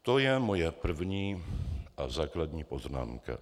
To je moje první a základní poznámka.